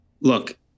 look